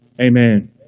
Amen